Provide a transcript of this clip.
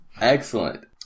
Excellent